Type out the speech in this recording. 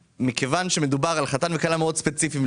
מכיוון שמדובר על חתן וכלה מאוד ספציפיים,